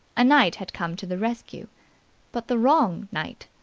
a knight had come to the rescue but the wrong knight.